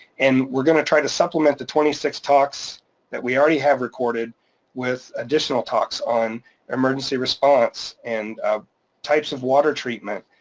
and we're gonna try to supplement the twenty six talks that we already have recorded with additional talks on emergency response and types of water treatment.